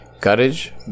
Courage